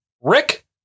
Rick